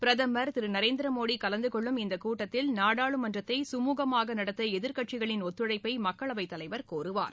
பிரதமர் திரு நரேந்திரமோடி கலந்து கொள்ளும் இந்த கூட்டத்தில் நாடாளுமன்றத்தை சுமுகமாக நடத்த எதிர்க்கட்சிகளின் ஒத்துழைப்பை மக்களவைத் தலைவர் கோருவார்